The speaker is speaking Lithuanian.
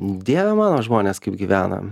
dieve mano žmonės kaip gyvena